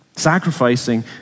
sacrificing